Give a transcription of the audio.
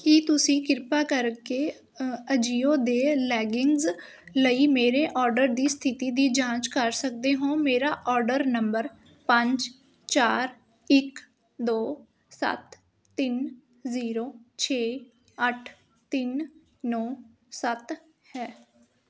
ਕੀ ਤੁਸੀਂ ਕਿਰਪਾ ਕਰਕੇ ਅ ਅਜੀਓ ਦੇ ਲੈਗਿੰਗਜ਼ ਲਈ ਮੇਰੇ ਓਰਡਰ ਦੀ ਸਥਿਤੀ ਦੀ ਜਾਂਚ ਕਰ ਸਕਦੇ ਹੋ ਮੇਰਾ ਓਰਡਰ ਨੰਬਰ ਪੰਜ ਚਾਰ ਇੱਕ ਦੋ ਸੱਤ ਤਿੰਨ ਜ਼ੀਰੋ ਛੇ ਅੱਠ ਤਿੰਨ ਨੌਂ ਸੱਤ ਹੈ